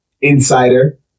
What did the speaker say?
insider